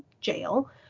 jail